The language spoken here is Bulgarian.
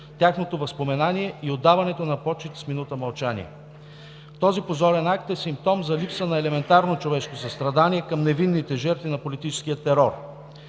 тяхното възпоменание и отдаването на почит с минута мълчание. Този позорен акт е симптом за липса на елементарно човешко състрадание към невинните жертви на политическия терор,